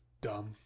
dumb